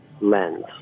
lens